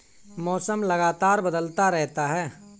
मौसम लगातार बदलता रहता है